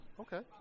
okay